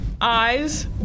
eyes